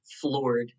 floored